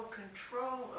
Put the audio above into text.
control